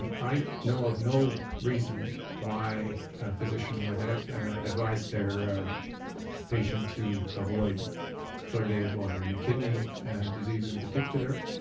i know of no reason why a physician would advise their patient to avoid flouridated water. and the kidney disease in particular,